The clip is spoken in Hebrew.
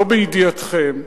לא בידיעתכם,